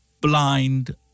blind